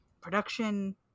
production